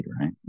right